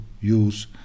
use